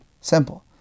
Simple